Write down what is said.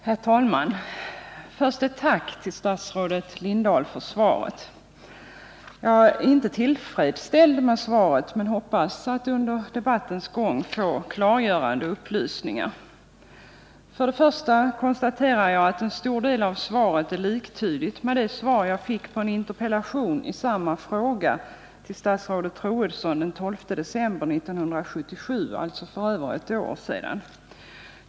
Herr talman! Först ett tack till statsrådet Lindahl för svaret. Jag är inte tillfredsställd med svaret men hoppas att under debattens gång få klargörande upplysningar. Till att börja med konstaterar jag att svaret till stor del är liktydigt med det svar jag fick på en interpellation i samma fråga till statsrådet Troedsson den 12 december 1977, alltså för över ett år sedan.